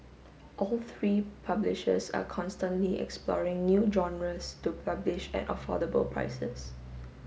all three publishers are constantly exploring new genres to publish at affordable prices